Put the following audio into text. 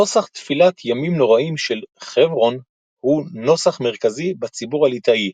נוסח תפילת ימים נוראים של חברון הוא נוסח מרכזי בציבור הליטאי,